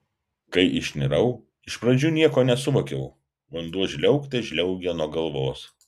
kai išnirau iš pradžių nieko nesuvokiau vanduo žliaugte žliaugė nuo galvos